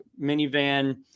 minivan